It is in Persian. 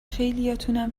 خیلیاتونم